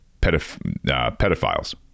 pedophiles